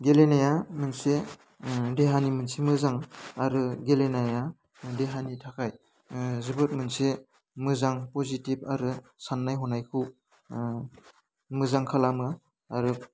गेलेनाया मोनसे देहानि मोनसे मोजां आरो गेलेनाया देहानि थाखाय जोबोद मोनसे मोजां पजिटिभ आरो सान्नाय हनायखौ मोजां खालामो आरो